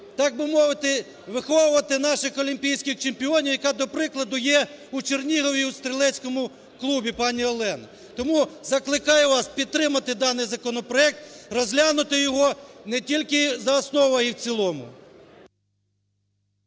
так би мовити виховувати наших олімпійських чемпіонів, яка для прикладу є у Чернігові у стрілецькому клубі пані Олена. Тому закликаю вас підтримати даний законопроект, розглянути його не тільки за основу, а і в цілому.